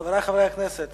חבר הכנסת